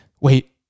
wait